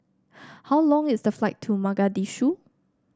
how long is the flight to Mogadishu